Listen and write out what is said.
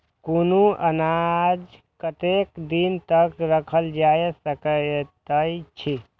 कुनू अनाज कतेक दिन तक रखल जाई सकऐत छै?